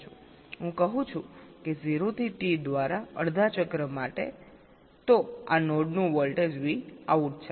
હું કહું છું કે 0 થી T દ્વારા અડધા ચક્ર માટે તેથી આ નોડનું વોલ્ટેજ Vout છે